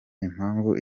impamvu